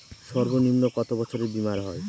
সর্বনিম্ন কত বছরের বীমার হয়?